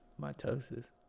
mitosis